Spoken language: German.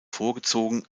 vorgezogen